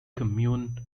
commune